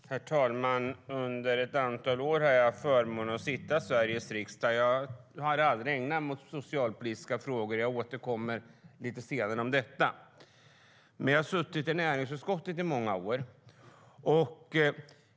Jag har suttit i näringsutskottet i många år.